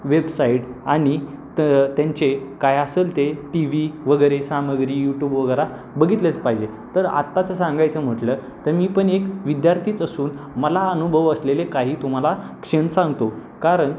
website आणि त त्यांचे काय असेल ते टी व्ही वगैरे सामुग्री यूट्यूब वगैरे बघितलेच पाहिजे तर आत्ताचं सांगायचं म्हटलं तर मी पण एक विद्यार्थीच असून मला अनुभव असलेले काही तुम्हाला क्षण सांगतो कारण